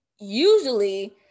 usually